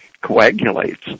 coagulates